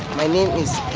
my name is